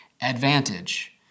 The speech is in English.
advantage